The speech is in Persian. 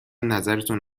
نظرتون